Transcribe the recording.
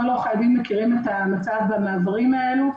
כל עורכי הדין מכירים את המצב במעברים הללו.